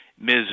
ms